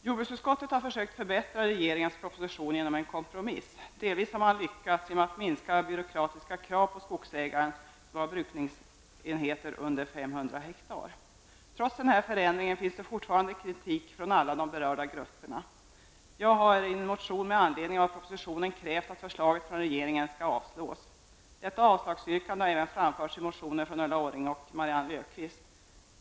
Jordbruksutskottet har försökt att förbättra regeringens proposition genom en kompromiss. Man har delvis lyckats genom att minska byråkratiska krav på skogsägare som har brukningsenheter under 500 hektar. Trots denna förändring finns det fortfarande kritik från alla de berörda grupperna. Jag har i en motion med anledning av propositionen krävt att förslaget från regeringen skall avslås. Detta avslagsyrkanden har även framförts i motioner från Ulla Orring och Marianne Löfstedt.